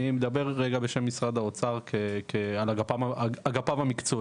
אני מדבר בשם משרד האוצר, על אגפיו המקצועיים,